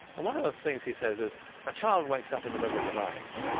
and one of the things he says is a child wakes up in the middle of the night,